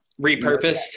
repurposed